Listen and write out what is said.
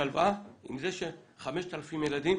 ובשלווה עם זה ש-5,000 ילדים